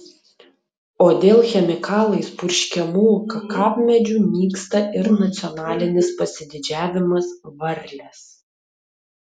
o dėl chemikalais purškiamų kakavmedžių nyksta ir nacionalinis pasididžiavimas varlės